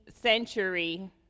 century